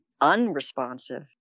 unresponsive